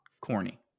corny